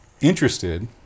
interested